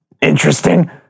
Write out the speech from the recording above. interesting